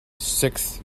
sixth